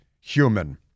human